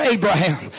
Abraham